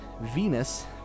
Venus